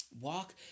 Walk